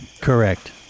Correct